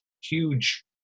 huge